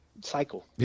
cycle